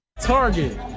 Target